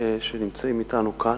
שנמצאים אתנו כאן,